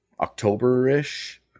October-ish